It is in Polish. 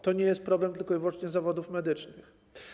To nie jest problem tylko i wyłącznie zawodów medycznych.